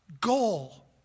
goal